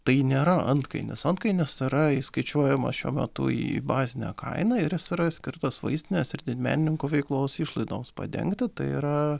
tai nėra antkainis antkainis yra įskaičiuojamas šiuo metu į bazinę kainą ir jis yra skirtas vaistinės ir didmenininkų veiklos išlaidoms padengti tai yra